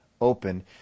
open